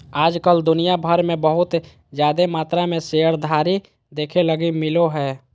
आज कल दुनिया भर मे बहुत जादे मात्रा मे शेयरधारी देखे लगी मिलो हय